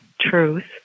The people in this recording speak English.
truth